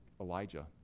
Elijah